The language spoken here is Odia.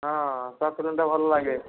ହଁ ତା ଫିଲ୍ମଟା ଭଲ ଲାଗେ